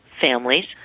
families